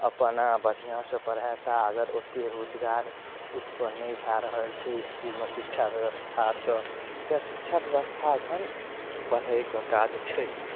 अपना बढ़िआँसँ पढ़ेता अगर ओते रोजगार उतपन्न नहि भए रहल छै इसकुलमे शिक्षा ब्वस्थासँ तऽ शिक्षा व्यवस्था एखन बढ़ैके काज छै